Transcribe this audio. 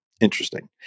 Interesting